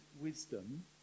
wisdom